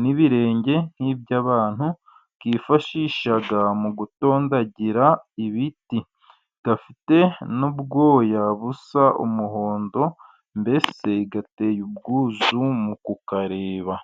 n'ibirenge nk'iby'abantu, kifashisha mu gutondagira ibiti, gafite n'ubwoya busa n'umuhondo, mbese gateye ubwuzu mu kukareba.